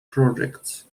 projects